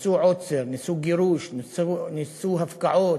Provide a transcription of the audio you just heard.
ניסו עוצר, ניסו גירוש, ניסו הפקעות,